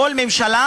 כל ממשלה,